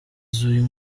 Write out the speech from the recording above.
z’uyu